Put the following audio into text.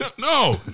No